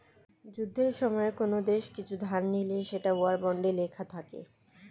যুদ্ধের সময়ে কোন দেশ কিছু ধার নিলে সেটা ওয়ার বন্ডে লেখা থাকে